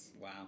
Wow